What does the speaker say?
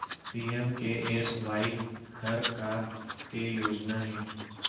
PMKSY हर का के योजना हे?